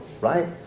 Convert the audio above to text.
right